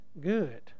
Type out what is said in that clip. good